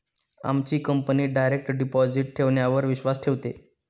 आमची company direct deposit ठेवण्यावर विश्वास ठेवते